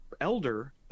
elder